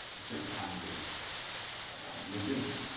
a certain kind of legitimate.